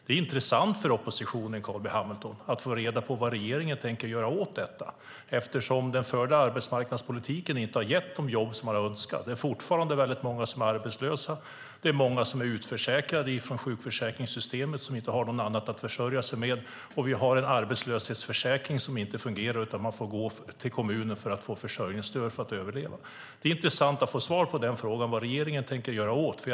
Det är intressant för oppositionen att få reda på vad regeringen tänker göra åt detta, eftersom den förda arbetsmarknadspolitiken inte har gett de jobb som man hade önskat. Det är fortfarande väldigt många som är arbetslösa. Det är många som är utförsäkrade från sjukförsäkringssystemet som inte har något annat att försörja sig med, och vi har en arbetslöshetsförsäkring som inte fungerar. Man får i stället gå till kommunen för att få försörjningsstöd för att överleva. Det vore intressant att få svar på frågan vad regeringen tänker göra åt detta.